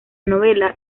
novela